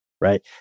right